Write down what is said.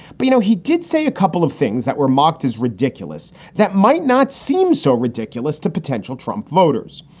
but, you know, he did say a couple of things that were mocked as ridiculous that might not seem so ridiculous to potential trump voters.